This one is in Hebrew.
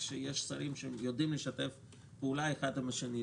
כשיש שרים שיודעים לשתף פעולה האחד עם השני,